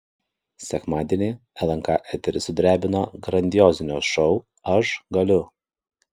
sekmadienį lnk eterį sudrebino grandiozinio šou aš galiu